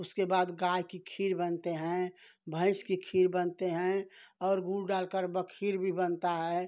उसके बाद गाय की खीर बनते हैं भैंस की खीर बनते हैं और गुड़ डालकर खीर भी बनता है